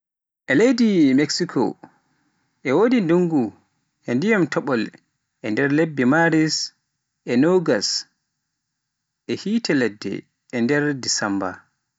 E leydi Mexico e woodi ndunngu e ndiyam toɓol e nder lebbi Maaris e Noogas e hiite ladde e nder Disemmba.